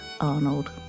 Arnold